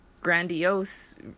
grandiose